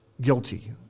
guilty